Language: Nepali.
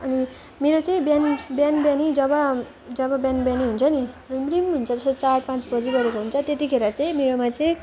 अनि मेरो चाहिँ बिहान बिहान बिहानै जब जब बिहान बिहानै हुन्छ नि रिम्रिम् हुन्छ जस्तो चार पाँच बजिरहेको हुन्छ त्यतिखेर चाहिँ मेरोमा चाहिँ